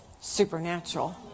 Supernatural